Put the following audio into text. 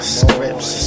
scripts